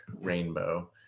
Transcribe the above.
rainbow